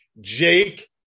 Jake